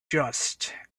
just